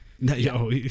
No